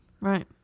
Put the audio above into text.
right